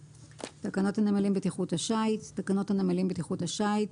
"תקנות הנמלים בטיחות השיט" תקנות הנמלים (בטיחות השיט),